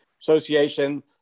Association